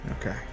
Okay